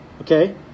okay